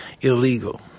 illegal